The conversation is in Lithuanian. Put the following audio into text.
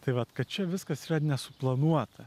tai vat kad čia viskas yra nesuplanuota